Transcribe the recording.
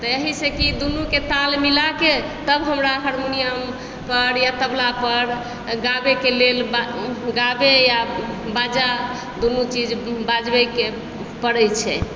तऽ एहिसँ कि दुनूके ताल मिलाके तब हमरा हरमोनियमपर या तबलापर गाबैके लेल या गाबै या बाजा दुनू चीज बजाबैके पड़ैए छै